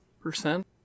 percent